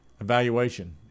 Evaluation